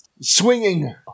swinging